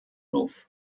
roof